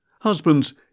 Husbands